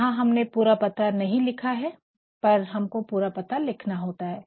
यहाँ हमने पूरा पता नहीं लिखा है पर हमको पूरा पता लिखना होता है